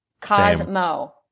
Cosmo